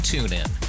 TuneIn